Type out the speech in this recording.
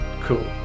Cool